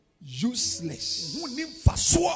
Useless